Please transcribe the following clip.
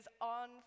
on